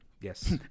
Yes